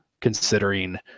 considering